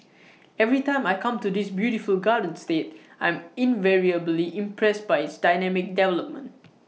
every time I come to this beautiful garden state I'm invariably impressed by its dynamic development